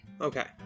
Okay